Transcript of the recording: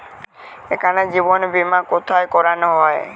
এখানে জীবন বীমা কোথায় করানো হয়?